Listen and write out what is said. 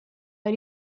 are